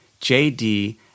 jd